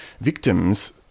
victims